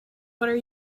are